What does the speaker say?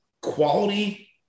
quality